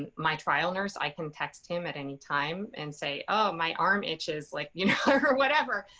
and my trial nurse, i can text him at any time and say, oh, my arm itches, like, you know, or whatever.